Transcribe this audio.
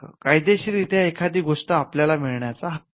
कायदेशीररीत्या एखादि गोष्ट आपल्याला मिळण्याचा हक्क